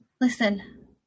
Listen